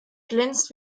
glänzt